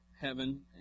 heaven